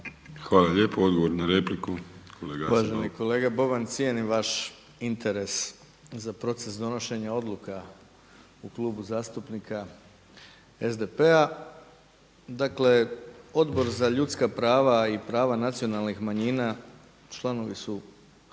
Hvala lijepo. Odgovor na repliku. **Bauk, Arsen (SDP)** Uvaženi kolega Boban cijenim vaš interes za proces donošenja odluka u Klubu zastupnika SDP-a. Dakle, Odbor za ljudska prava i prava nacionalnih manjina članovi su